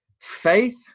Faith